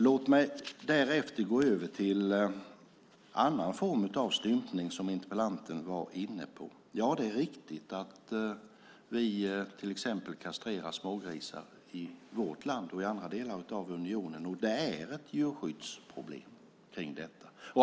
Låt mig därefter gå över till en annan form av stympning som interpellanten var inne på. Ja, det är riktigt att vi till exempel kastrerar smågrisar i vårt land och i andra delar av unionen, och det är ett djurskyddsproblem.